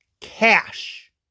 cash